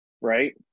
right